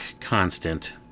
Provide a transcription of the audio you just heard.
constant